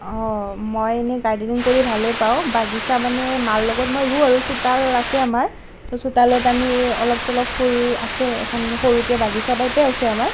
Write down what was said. মই এনেই গাৰ্ডেনিং কৰি ভালেই পাওঁ বাগিচা মানে মাৰ লগত মই ৰুওঁ আৰু চোতাল আছে আমাৰ তো চোতালত আমি অলপ চলপ ফুল আছে এখন সৰুকে বাগিচা টাইপেই আছে আমাৰ